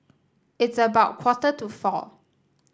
its about quarter to four